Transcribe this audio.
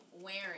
wearing